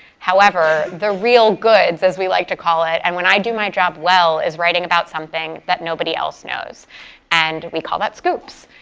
however, the real goods as we like to call it and when i do my job well is writing about something that nobody else knows and we call that scoops.